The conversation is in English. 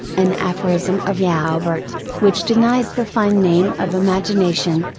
an aphorism of joubert, which denies the fine name of imagination,